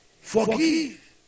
forgive